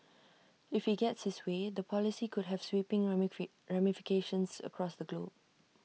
if he gets his way the policy could have sweeping ramifications across the globe